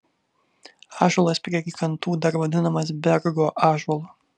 ąžuolas prie rykantų dar vadinamas bergo ąžuolu